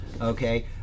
okay